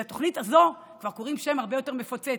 לתוכנית הזו כבר קוראים בשם הרבה יותר מפוצץ,